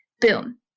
Boom